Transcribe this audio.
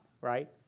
right